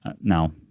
now